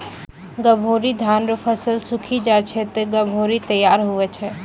गभोरी धान रो फसल सुक्खी जाय छै ते गभोरी तैयार हुवै छै